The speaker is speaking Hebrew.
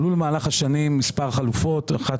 במהלך השנים עלו מספר חלופות כאשר אחת